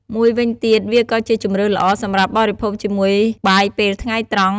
មួយវិញទៀត វាក៏ជាជម្រើសល្អសម្រាប់បរិភោគជាមួយបាយពេលថ្ងៃត្រង់ ឬពេលល្ងាចដែរ។